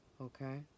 Okay